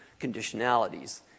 conditionalities